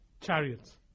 chariots